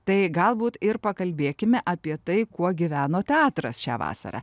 tai galbūt ir pakalbėkime apie tai kuo gyveno teatras šią vasarą